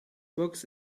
books